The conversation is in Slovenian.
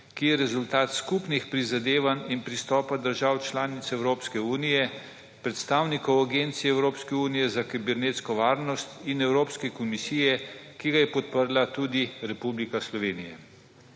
ki je rezultat skupnih prizadevanj in pristopa držav članic Evropske unije, predstavnikov Agencije Evropske unije za kibernetsko varnost in Evropske komisije, ki ga je podprla tudi Republika Slovenija.